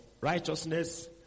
righteousness